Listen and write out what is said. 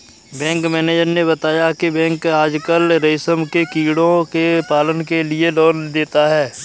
bank manager ने बताया की बैंक आजकल रेशम के कीड़ों के पालन के लिए लोन देता है